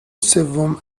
سوم